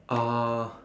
uh